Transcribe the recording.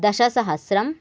दशसहस्रम्